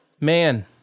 man